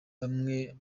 bamwe